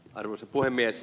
arvoisa puhemies